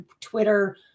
Twitter